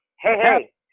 Hey